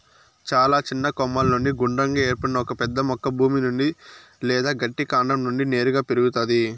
చాలా చిన్న కొమ్మల నుండి గుండ్రంగా ఏర్పడిన ఒక పెద్ద మొక్క భూమి నుండి లేదా గట్టి కాండం నుండి నేరుగా పెరుగుతాది